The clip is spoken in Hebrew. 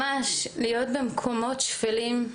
ממש להיות במקומות שפלים.